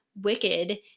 Wicked